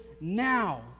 now